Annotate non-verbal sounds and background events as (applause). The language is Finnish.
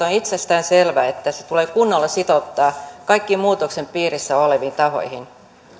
(unintelligible) on itsestäänselvää että se tulee kunnolla sitouttaa kaikkiin muutoksen piirissä oleviin tahoihin